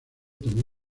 tomó